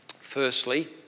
Firstly